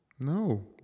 No